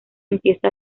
empieza